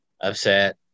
upset